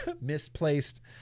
Misplaced